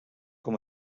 com